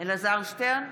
אלעזר שטרן,